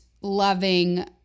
loving